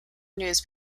news